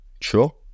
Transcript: Sure